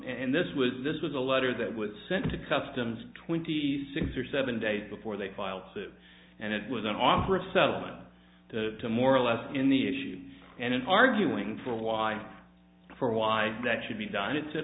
and this was this was a letter that was sent to customs twenty six or seven days before they filed suit and it was an offer of settlement to more or less in the issues and in arguing for why for why that should be done it